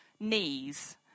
knees